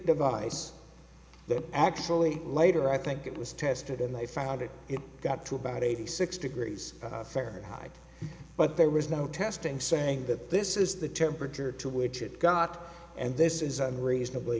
device that actually later i think it was tested and they found it it got to about eighty six degrees fahrenheit but there is no testing saying that this is the temperature to which it got and this is unreasonably